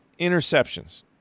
interceptions